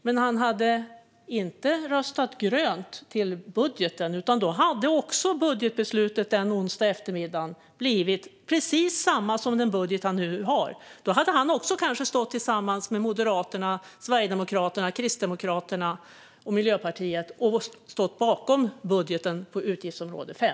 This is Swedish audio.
Men han hade inte röstat grönt till budgeten, utan då hade budgetbeslutet den onsdagseftermiddagen blivit precis samma som den budget han nu har. Då hade han kanske också tillsammans med Moderaterna, Sverigedemokraterna, Kristdemokraterna och Miljöpartiet stått bakom budgeten på utgiftsområde 5.